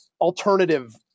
alternative